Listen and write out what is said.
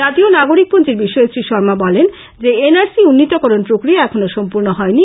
জাতীয় নাগরিক পঞ্জীয় বিষয়ে শ্রী শর্মা বলেন যে এন আর সি উন্নীতকরন প্রক্রিয়া এখনো সম্পূর্ণ হয়নি